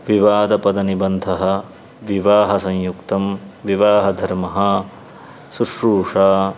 विवादपदनिबन्धः विवाहसंयुक्तं विवाहधर्मः सुश्रूषा